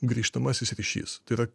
grįžtamasis ryšys tai yra